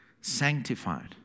sanctified